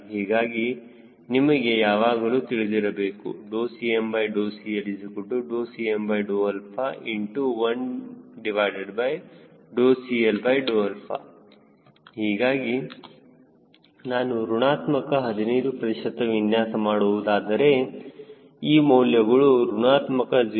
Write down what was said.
ಹೀಗಾಗಿ ನಿಮಗೆ ಯಾವಾಗಲೂ ತಿಳಿದಿರಬಹುದು CmCLCm1CL ಹೀಗಾಗಿ ನಾವು ಋಣಾತ್ಮಕ 15 ಪ್ರತಿಶತ ವಿನ್ಯಾಸ ಮಾಡುವುದಾದರೆ ಈ ಮೌಲ್ಯಗಳು ಋಣಾತ್ಮಕ 0